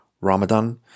Ramadan